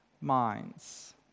minds